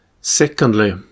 Secondly